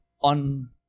on